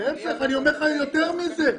אני אומר להם יותר מזה.